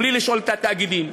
בלי לשאול את התאגידים.